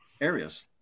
areas